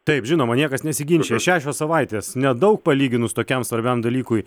taip žinoma niekas nesiginčija šešios savaitės nedaug palyginus tokiam svarbiam dalykui